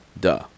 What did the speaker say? Duh